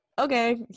okay